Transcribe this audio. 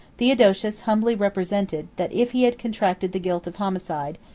theodosius humbly represented, that if he had contracted the guilt of homicide,